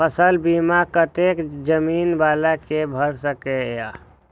फसल बीमा कतेक जमीन वाला के भ सकेया?